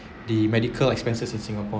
the medical expenses in singapore